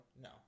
no